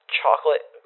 chocolate